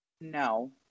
No